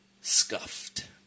scuffed